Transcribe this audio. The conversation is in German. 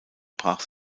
brach